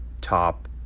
top